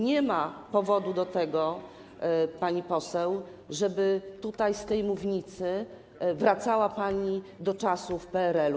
Nie ma powodu do tego, pani poseł, żeby tutaj, z tej mównicy wracała pani do czasów PRL-u.